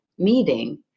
meeting